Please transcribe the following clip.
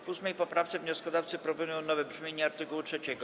W 8. poprawce wnioskodawcy proponują nowe brzmienie art. 3.